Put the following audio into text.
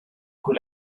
cui